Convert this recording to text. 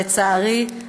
לצערי,